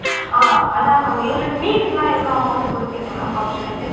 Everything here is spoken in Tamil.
ஆ அதான் மேம் எங்களுக்கு மீல்ஸ் எல்லாம் எவ்வளோ அமௌன்ட் கொடுபீங்க மேம் ஃபங்ஷனுக்கு